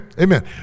Amen